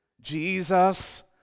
Jesus